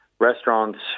Restaurants